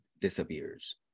disappears